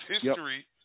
history